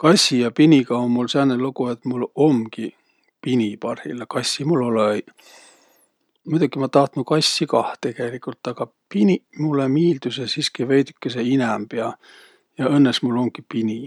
Kassi ja piniga um mul sääne lugu, et mul omgi pini parhilla. Kassi mul olõ-õiq. Muidoki ma tahtnuq kassi kah tegeligult, aga piniq mullõ miildüseq siski veidükese inämb ja. Ja õnnõs mul umgi pini.